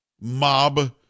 mob